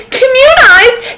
communized